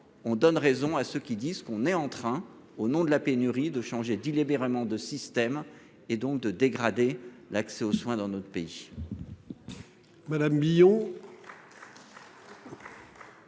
on donne raison à ceux qui disent qu'on est en train, au nom de la pénurie de changer d'île hébergement de système et donc de dégrader l'accès aux soins dans notre pays.